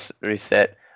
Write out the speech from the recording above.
reset